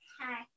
Hi